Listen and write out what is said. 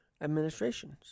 administrations